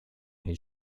his